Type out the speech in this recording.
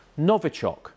Novichok